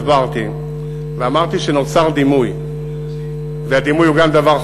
הסברתי ואמרתי שנוצר דימוי והדימוי הוא גם דבר חשוב.